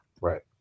Right